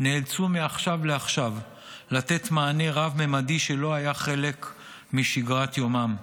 נאלצו מעכשיו לעכשיו לתת מענה רב-ממדי שלא היה חלק משגרת יומם: